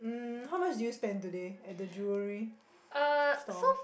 um how much did you spend today at the jewellery store